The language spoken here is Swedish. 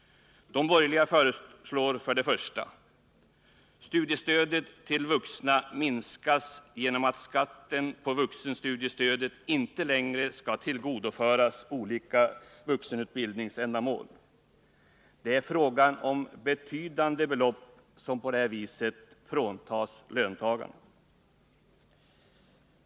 De borgerliga föreslår för det första: Studiestödet till vuxna minskas genom att skatten på vuxenstudiestöden inte längre skall tillgodoföras olika vuxenutbildningsändamål. Det är fråga om betydande belopp som därmed fråntas löntagarna.